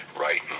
right